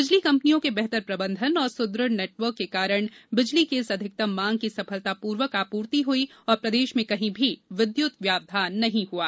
बिजली कंपनियो के बेहतर प्रबंधन और सुदृढ़ नेटवर्क के कारण बिजली की इस अधिकतम मांग की सफलतापूर्वक आपूर्ति हुई और प्रदेश में कहीं भी विद्युत व्यवधान नहीं हुआ